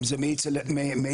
אם זה מאיץ חלקיקים,